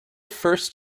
first